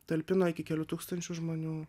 talpino iki kelių tūkstančių žmonių